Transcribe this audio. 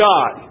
God